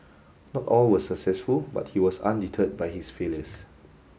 not all were successful but he was undeterred by his failures